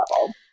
level